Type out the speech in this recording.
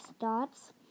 dots